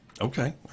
Okay